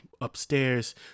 upstairs